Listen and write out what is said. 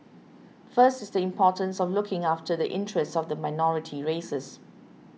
first is the importance of looking after the interest of the minority races